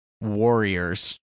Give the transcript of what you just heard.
warriors